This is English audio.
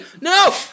No